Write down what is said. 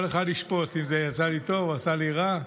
כל אחד ישפוט אם זה עשה לי טוב, עשה לי רע,